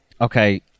Okay